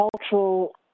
cultural